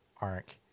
arc